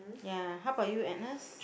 ya how about you Agnes